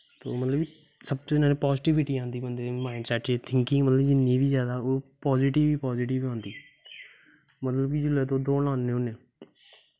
ते मतलब कि सच्च सनांऽ पाज़िटिविटी आंदी बंदे दे माईड़सैट च थींकिंग जिन्नी बी जैदा ओह् पाज़िटिव ही पाज़िटिव आंदी मतलब कि जिसलै तुस दौड़ लान्ने होन्ने